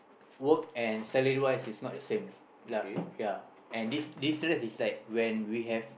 work and salary wise is not the same lah ya and this this stress is like when we have